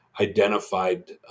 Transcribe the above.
identified